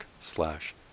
slash